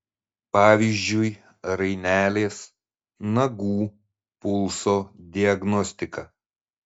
pavyzdžiui rainelės nagų pulso diagnostika